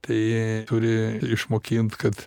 tai turi išmokint kad